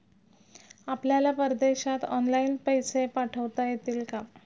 आपल्याला परदेशात ऑनलाइन पैसे पाठवता येतील का?